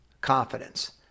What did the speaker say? confidence